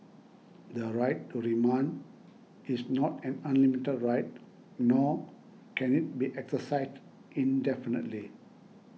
the right to remand is not an unlimited right nor can it be exercised indefinitely